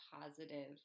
positive